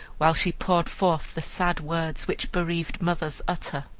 while she poured forth the sad words which bereaved mothers utter.